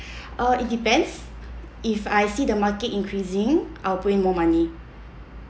uh it depends if I see the market increasing I will put in more money